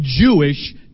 Jewish